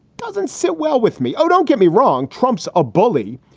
doesn't sit well with me. oh, don't get me wrong. trump's a bully.